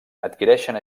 adquireixen